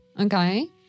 Okay